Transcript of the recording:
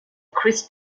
chris